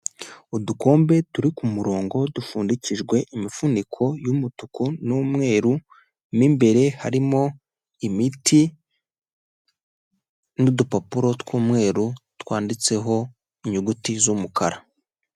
Udukombe turi ku murongo dupfundikijwe imifuniko y'umutuku n'umweru, mo imbere harimo imiti n'udupapuro tw'umweru twanditseho inyuguti z'umukara.